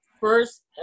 first